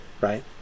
right